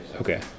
Okay